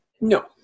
No